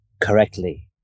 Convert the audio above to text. correctly